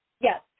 yes